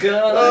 God